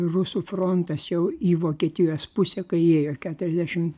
rusų frontas jau į vokietijos pusę kai ėjo keturiasdešim